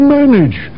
manage